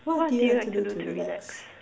what do you like to do to relax